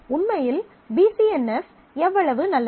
உண்மையில் P C N F எவ்வளவு நல்லது